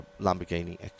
Lamborghini